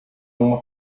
uma